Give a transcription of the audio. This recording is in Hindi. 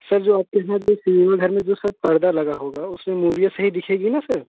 सर जो आपके यहाँ जो सिनेमा घर में जो सर पर्दा लगा होगा उसमें मूवियाँ सही दिखेगी ना सर